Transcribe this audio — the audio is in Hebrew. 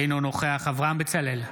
אינו נוכח אברהם בצלאל,